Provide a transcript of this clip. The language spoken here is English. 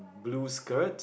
blue skirt